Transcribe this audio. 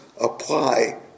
apply